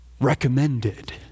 recommended